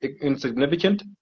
insignificant